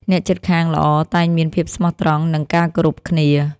អ្នកជិតខាងល្អតែងមានភាពស្មោះត្រង់ និងការគោរពគ្នា។